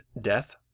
death